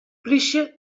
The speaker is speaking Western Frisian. plysje